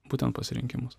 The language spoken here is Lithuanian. būtent pasirinkimus